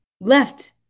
left